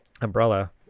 umbrella